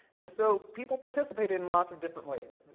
and so people participated in lots of different ways.